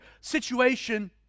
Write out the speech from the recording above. situation